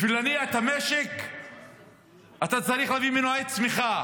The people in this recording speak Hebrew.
בשביל להניע את המשק אתה צריך להביא מנועי צמיחה,